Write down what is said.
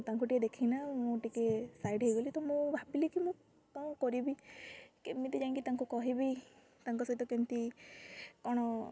ତାଙ୍କୁ ଟିକେ ଦେଖି ମୁଁ ଟିକେ ସାଇଡ଼୍ ହେଇଗଲି ତ ମୁଁ ଭାବିଲି କି ମୁଁ କ'ଣ କରିବି କେମିତି ଯାଇକି ତାଙ୍କୁ କହିବି ତାଙ୍କ ସହିତ କେମିତି କ'ଣ